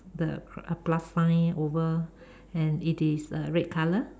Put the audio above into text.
the cr~ plus sign over and it is a red color